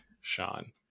Sean